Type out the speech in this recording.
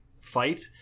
fight